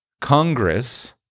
Congress